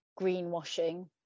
greenwashing